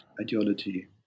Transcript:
ideology